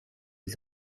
les